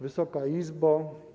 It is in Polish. Wysoka Izbo!